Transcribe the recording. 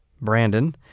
Brandon